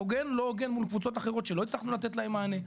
הוגן לא הוגן מול קבוצות אחרות שלא הצלחנו לתת להן מענה.